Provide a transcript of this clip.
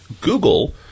Google